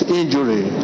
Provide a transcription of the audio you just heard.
injury